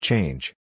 Change